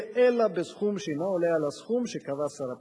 אלא בסכום שאינו עולה על הסכום שקבע שר הפנים.